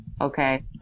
okay